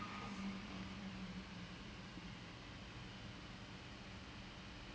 is like and then it's like one level below